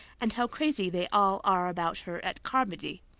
and how crazy they all are about her at carmody.